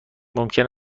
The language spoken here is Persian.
ممکن